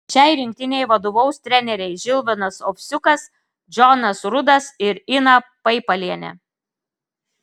šiai rinktinei vadovaus treneriai žilvinas ovsiukas džonas rudas ir ina paipalienė